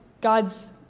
god's